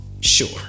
Sure